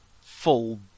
full